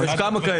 אחד?